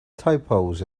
typos